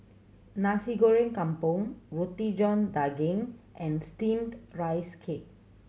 Nasi Goreng Kampung Roti John Daging and Steamed Rice Cake